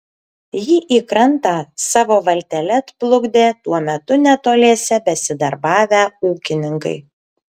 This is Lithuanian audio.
jį į krantą savo valtele atplukdė tuo metu netoliese besidarbavę ūkininkai